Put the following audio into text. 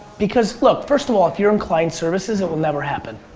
because look, first of all if you're in client services, it will never happen.